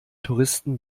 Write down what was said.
touristen